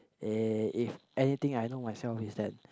eh if anything I know myself is that